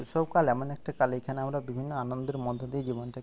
শৈশবকাল এমন একটা কাল এখানে আমরা বিভিন্ন আনন্দের মধ্য দিয়ে জীবনটাকে